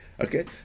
Okay